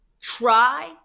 try